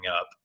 up